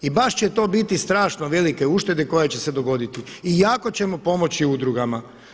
I baš će to biti strašno velike uštede koje će se dogoditi i jako ćemo pomoći udrugama.